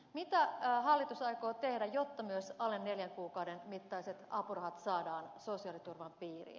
mitä hallitus aikoo tehdä jotta myös alle neljän kuukauden mittaiset apurahat saadaan sosiaaliturvan piiriin